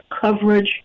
coverage